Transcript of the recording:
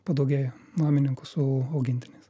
padaugėjo nuomininkų su augintiniai